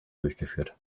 durchgeführt